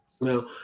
Now